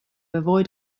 avoid